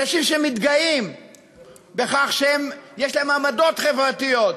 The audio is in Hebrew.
אנשים שמתגאים שיש להם עמדות חברתיות